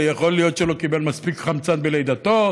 יכול להיות שלא קיבל מספיק חמצן בלידתו,